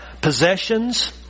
possessions